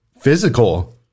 physical